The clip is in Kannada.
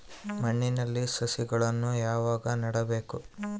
ಮಣ್ಣಿನಲ್ಲಿ ಸಸಿಗಳನ್ನು ಯಾವಾಗ ನೆಡಬೇಕು?